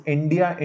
India